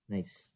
Nice